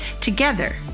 Together